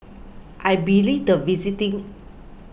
I believe the visiting